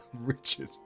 Richard